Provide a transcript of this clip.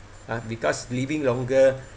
!huh! because living longer